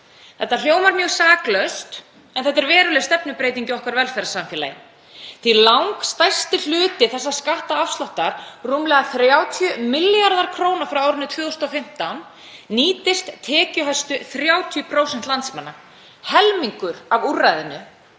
Þetta hljómar mjög saklaust en þetta er veruleg stefnubreyting í okkar velferðarsamfélagi því að langstærsti hluti þessa skattafsláttar, rúmlega 30 milljarðar kr. frá árinu 2015, nýtist tekjuhæstu 30% landsmanna. Helmingur af úrræðinu